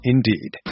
Indeed